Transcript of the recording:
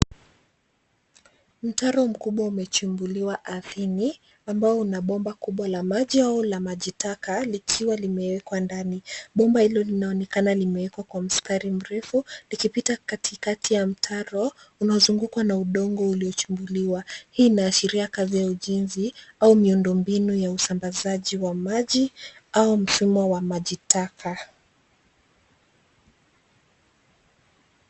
Mtaro mkubwa umechimbiliwa ardhini ambao una bomba kubwa la maji au maji taka likiwa limewekwa ndani. Bomba hilo linaonekana limewekwa kwa mstari mrefu, likipita katikati ya mtaro unaozungwa na udongo uliochimbuliwa. Hii inaashiria kazi ya ujenzi au miundo mbinu ya usambazi wa maji au mfumo wa maji taka.